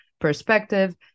perspective